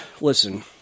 Listen